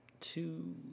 two